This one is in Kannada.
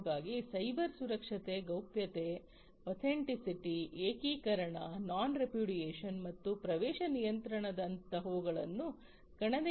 0 ಗಾಗಿ ಸೈಬರ್ ಸುರಕ್ಷತೆ ಗೌಪ್ಯತೆ ಒತೆಂಟಿಸಿಟಿ ಏಕೀಕರಣ ನಾನ್ ರೆಪ್ಯುಟೇಡಿಯೇಷನ್ ಮತ್ತು ಪ್ರವೇಶ ನಿಯಂತ್ರಣದಂತಹವುಗಳನ್ನು ಗಣನೆಗೆ ತೆಗೆದುಕೊಳ್ಳಬೇಕಾಗುತ್ತದೆ